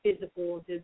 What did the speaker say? physical